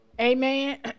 amen